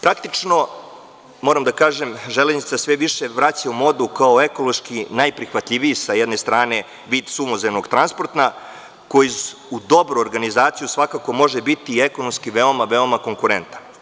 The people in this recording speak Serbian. Praktično, moram da kažem, železnica se sve više vraća u modu kao ekološki najprihvatljiviji, sa jedne strane, vid suvozemnog transporta, koji uz dobru organizaciju svakako može biti i ekonomski veoma, veoma konkurentan.